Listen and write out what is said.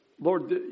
Lord